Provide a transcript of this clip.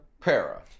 para